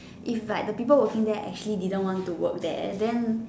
if like the people working there actually didn't want to work there then